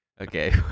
Okay